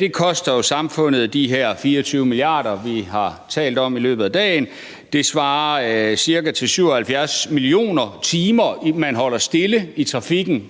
Det koster jo samfundet de her 24 mia. kr., vi har talt om i løbet af dagen. Det svarer cirka til 77 mio. timer, man holder stille i trafikken